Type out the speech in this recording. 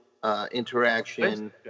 Interaction